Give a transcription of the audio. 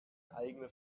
eigene